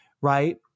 right